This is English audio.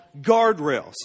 Guardrails